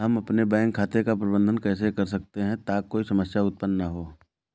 हम अपने बैंक खाते का प्रबंधन कैसे कर सकते हैं ताकि कोई समस्या उत्पन्न न हो?